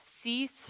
Cease